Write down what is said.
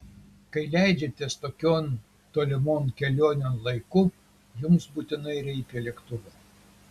kai leidžiatės tokion tolimon kelionėn laiku jums būtinai reikia lėktuvo